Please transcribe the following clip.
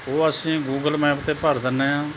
ਉਹ ਅਸੀਂ Google map 'ਤੇ ਭਰ ਦਿੰਦੇ ਹਾਂ